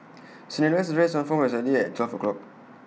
Cinderella's dress transformed exactly at twelve o'clock